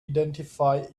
identify